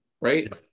right